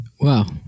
Wow